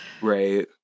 Right